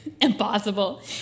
impossible